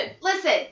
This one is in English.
Listen